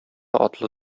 атлы